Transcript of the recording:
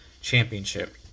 championship